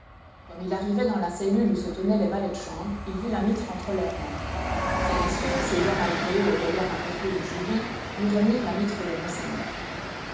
comme il arrivait dans la cellule où se tenaient les valets de chambre il vit la mitre entre leurs mains ces messieurs cédant malgré eux au regard impérieux de julien lui remirent la mitre de monseigneur